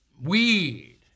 weed